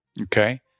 okay